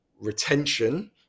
retention